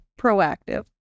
proactive